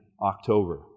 October